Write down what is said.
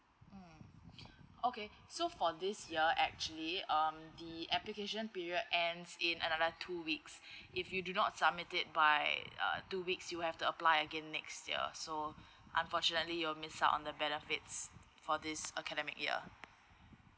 mm okay so for this year actually um the application period ends in another two weeks if you do not submit it by uh two weeks you will have to apply again next year so unfortunately you'll miss out on the benefits for this academic year